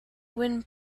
wind